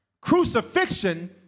Crucifixion